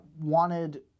wanted